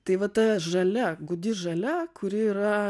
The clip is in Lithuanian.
tai va ta žalia gūdi žalia kuri yra